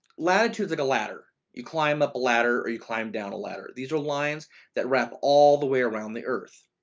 latitude like a ladder, you climb up the ladder or you climb down a ladder. these are lines that wrap all the way around the earth.